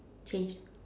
change